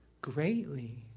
greatly